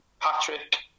Patrick